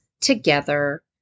together